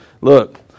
look